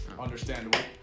understandable